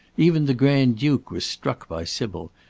even the grand-duke was struck by sybil,